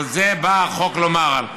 על זה בא החוק לומר,